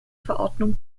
verordnung